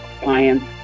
clients